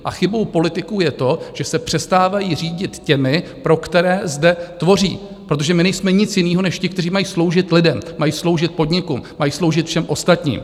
A chybou politiků je to, že se přestávají řídit těmi, pro které zde tvoří, protože my nejsme nic jiného než ti, kteří mají sloužit lidem, mají sloužit podniku, mají sloužit všem ostatním.